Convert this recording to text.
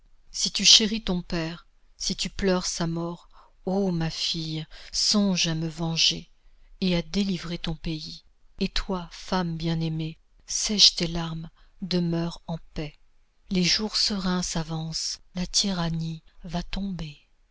si tu chéris ton père si tu pleures sa mort ô ma fille songes à me venger et à délivrer ton pays et toi femme bien aimée sèche tes larmes demeure en paix les jours sereins s'avancent la tyrannie va tomber